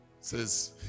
says